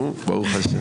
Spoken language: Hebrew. ברוך ה'.